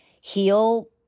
heal